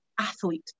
athlete